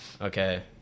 Okay